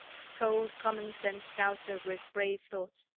cold common sense doused over his brave thoughts.